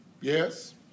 Yes